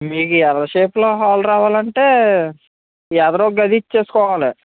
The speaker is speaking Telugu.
మీరు ఎల్ షేప్లో హాల్ రావాలంటే ఎదురు గది ఇచ్చేసుకోవాలి